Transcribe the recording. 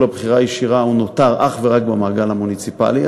הבחירה הישירה נותר אך ורק במעגל המוניציפלי,